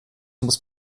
muss